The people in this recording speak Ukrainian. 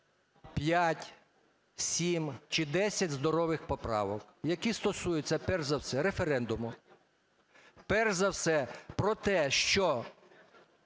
п'ять, сім чи десять здорових поправок, які стосуються, перш за все, референдуму, перш за все про те, що